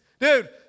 Dude